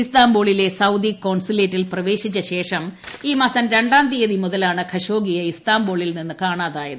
ഇസ്താംബൂളിലെ Saudi കോൺസുലേറ്റിൽ പ്രവേശിച്ചശേഷം ഈമാസം രണ്ടാം തീയതി മുതലാണ് ഖ്ഷ്യോഗ്ഗിയെ ഇസ്താംബൂളിൽ നിന്ന് കാണാതായത്